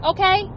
Okay